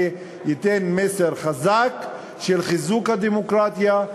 זה ייתן מסר חזק של חיזוק הדמוקרטיה,